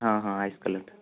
ହଁ ହଁ ice colour ଟା